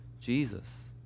Jesus